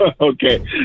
Okay